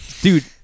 dude